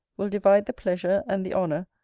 will divide the pleasure, and the honour,